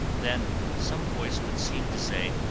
then some voice would seem to say,